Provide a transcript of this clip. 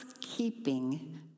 keeping